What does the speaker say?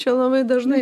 čia labai dažnai